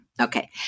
Okay